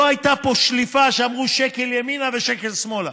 לא הייתה פה שליפה שאמרו שקל ימינה ושקל שמאלה.